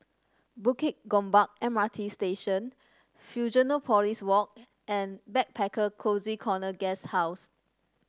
Bukit Gombak M R T Station Fusionopolis Walk and Backpacker Cozy Corner Guesthouse